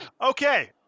okay